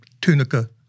Tunica